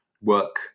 work